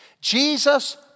Jesus